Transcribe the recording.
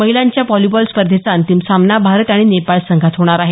महिलांच्या व्हॉलिबॉल स्पर्धेचा अंतिम सामना भारत आणि नेपाळ संघात होणार आहे